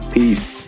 Peace